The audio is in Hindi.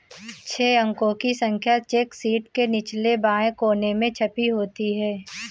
छह अंकों की संख्या चेक शीट के निचले बाएं कोने में छपी होती है